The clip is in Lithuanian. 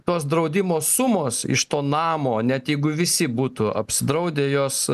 tos draudimo sumos iš to namo net jeigu visi būtų apsidraudę jos